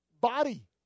body